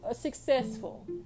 successful